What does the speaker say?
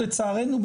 לצערנו,